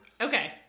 Okay